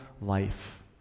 life